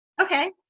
Okay